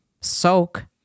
soak